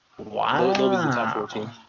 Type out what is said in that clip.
Wow